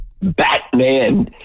Batman